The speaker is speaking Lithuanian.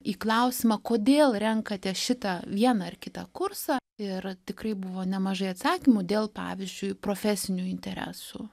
į klausimą kodėl renkatės šitą vieną ar kitą kursą ir tikrai buvo nemažai atsakymų dėl pavyzdžiui profesinių interesų